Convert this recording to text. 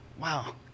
wow